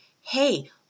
hey